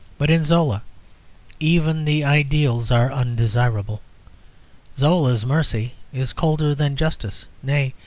but in zola even the ideals are undesirable zola's mercy is colder than justice nay,